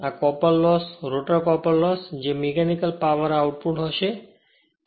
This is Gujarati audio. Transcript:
આ copper loss rotor copper loss જે મીકેનિકલ પાવર આઉટપુટ હશે